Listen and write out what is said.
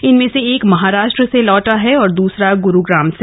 इनमें से एक महाराष्ट्र से लौटा है और दूसरा गुरुग्राम से